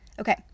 Okay